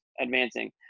advancing